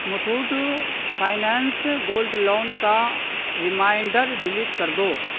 Muthoot finance gold loan کا reminder delete کر دو